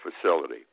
facility